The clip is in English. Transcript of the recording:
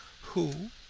who